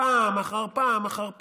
פעם אחר פעם אחר פעם.